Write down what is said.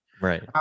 right